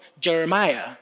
Jeremiah